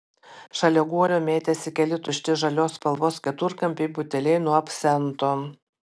šalia guolio mėtėsi keli tušti žalios spalvos keturkampiai buteliai nuo absento